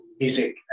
music